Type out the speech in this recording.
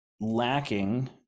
lacking